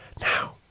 Now